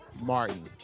Martin